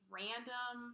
random